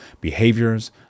behaviors